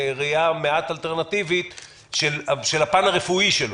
ראייה מעט אלטרנטיבית של הפן הרפואי שלו,